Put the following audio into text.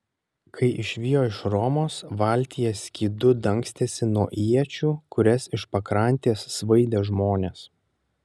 kai išvijo iš romos valtyje skydu dangstėsi nuo iečių kurias iš pakrantės svaidė žmonės